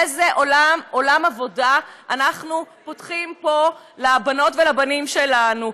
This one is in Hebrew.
איזה עולם עבודה אנחנו פותחים פה לבנות ולבנים שלנו?